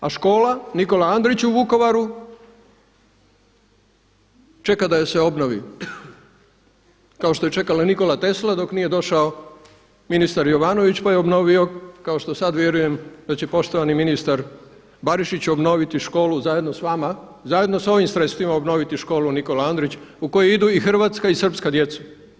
A škola Nikola Andrić u Vukovaru čeka da je se obnovi kao što je čekala i Nikola Tesla dok nije došao ministar Jovanović pa je obnovio, kao što sada vjerujem da će poštovani ministar Barišić obnoviti školu zajedno s vama, zajedno s ovim sredstvima obnoviti školu Nikola Andrić u koju idu i hrvatska i srpska djeca.